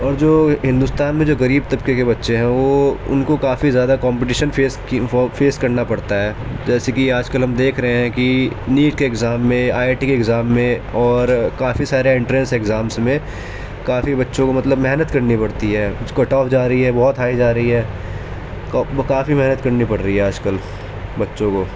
اور جو ہندوستان میں جو غریب طبقے کے بچے ہیں وہ ان کو کافی زیادہ کمپٹیشن فیس فیس کرنا پڑتا ہے جیسے کہ آج کل ہم دیکھ رہے ہیں کہ نیٹ کے اگزام میں آئی آئی ٹی کے اگزام میں اور کافی سارے انٹرنس اگزامس میں کافی بچوں کو مطلب محنت کرنی پڑتی ہے جو کٹ آف جا رہی ہے بہت ہائی جا رہی ہے کافی محنت کرنی پڑ رہی ہے آج کل بچوں کو